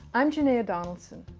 i'm janaia donaldson.